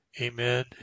Amen